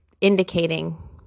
indicating